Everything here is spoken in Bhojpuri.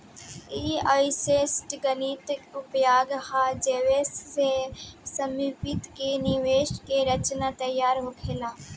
ई अइसन गणितीय उपाय हा जे से सम्पति के निवेश के रचना तैयार होखेला